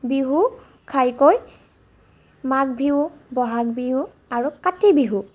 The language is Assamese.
বিহু ঘাইকৈ মাঘ বিহু বহাগ বিহু আৰু কাতি বিহু